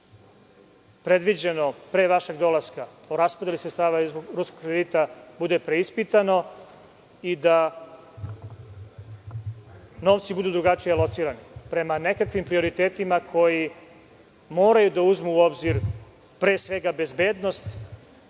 je predviđeno pre vašeg dolaska o raspodeli sredstava iz ruskog kredita bude preispitano i da novci budu drugačije locirani, prema nekakvim prioritetima koji moraju da uzmu u obzir pre svega bezbednost